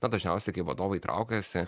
na dažniausiai kai vadovai traukiasi